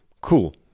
Cool